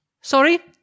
Sorry